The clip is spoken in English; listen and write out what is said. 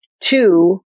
Two